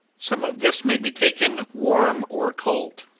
some of this may be taken warm or cold.